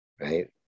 right